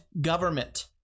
government